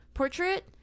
Portrait